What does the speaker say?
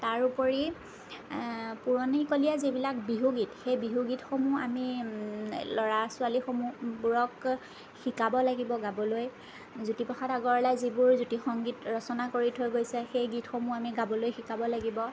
তাৰ উপৰি পুৰণিকলীয়া যিবিলাক বিহুগীত সেই বিহুগীতসমূহ আমি ল'ৰা ছোৱালীসমূহবোৰক শিকাব লাগিব গাবলৈ জ্যোতিপ্ৰসাদ আগৰৱালাই যিবোৰ জ্যোতি সংগীত ৰচনা কৰি থৈ গৈছে সেই গীতসমূহ আমি গাবলৈ শিকাব লাগিব